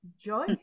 Joy